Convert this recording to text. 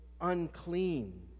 unclean